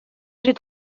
j’ai